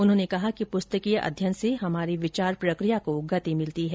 उन्होंने कहा कि पुस्तकीय अध्ययन से हमारी विचार प्रक्रिया को गति मिलती है